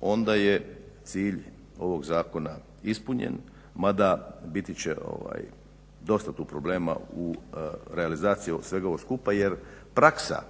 onda je cilj ovog zakona ispunjen mada bit će dosta tu problema u realizaciji svega ovoga skupa jer praksa